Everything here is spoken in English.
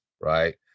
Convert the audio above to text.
Right